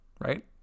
right